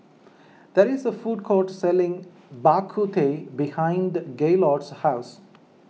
there is a food court selling Bak Kut Teh behind Gaylord's house